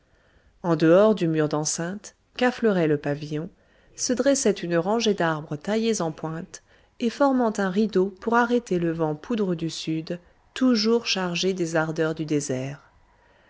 en dehors du mur d'enceinte qu'affleurait le pavillon se dressait une rangée d'arbres taillés en pointe et formant un rideau pour arrêter le vent poudreux du sud toujours chargé des ardeurs du désert